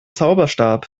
zauberstab